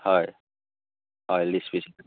হয় হয়